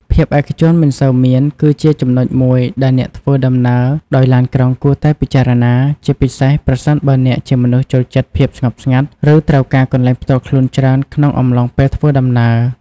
ភាពឯកជនមិនសូវមាន គឺជាចំណុចមួយដែលអ្នកធ្វើដំណើរដោយឡានក្រុងគួរតែពិចារណា ជាពិសេសប្រសិនបើអ្នកជាមនុស្សចូលចិត្តភាពស្ងប់ស្ងាត់ ឬត្រូវការកន្លែងផ្ទាល់ខ្លួនច្រើនក្នុងអំឡុងពេលធ្វើដំណើរ។